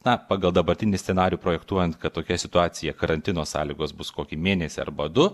na pagal dabartinį scenarijų projektuojant kad tokia situacija karantino sąlygos bus kokį mėnesį arba du